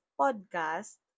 podcast